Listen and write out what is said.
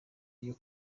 iyo